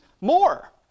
more